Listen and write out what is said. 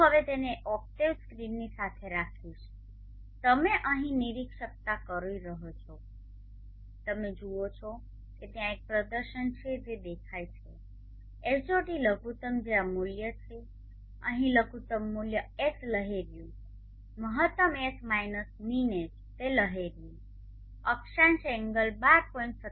હું હવે તેને ઓક્ટેવ સ્ક્રીનની સાથે રાખીશ તમે અહીં નિરીક્ષણ કરતા રહો છો તમે જુઓ છો કે ત્યાં એક પ્રદર્શન છે જે દેખાય છે HOT લઘુત્તમ જે આ મૂલ્ય છે અહીં લઘુત્તમ મૂલ્ય એચ લહેરિયું મહત્તમ એચ માઇનસ મીન એચ તે લહેરિયું અક્ષાંશ એંગલ 12